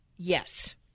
Yes